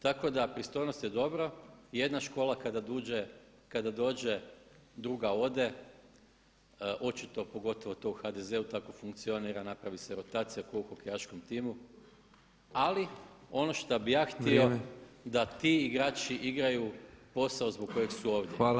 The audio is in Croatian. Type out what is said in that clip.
Tako da pristojnost je dobra, jedna škola kada dođe druga ode, očito pogotovo to u HDZ-u tako funkcionira, napravi se rotacija ko u hokejaškom timu, ali ono što bi ja htio da ti igrači igraju posao zbog kojeg su ovdje.